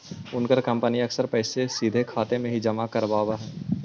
उनकर कंपनी अक्सर पैसे सीधा खाते में ही जमा करवाव हई